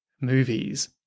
movies